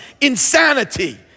insanity